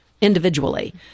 individually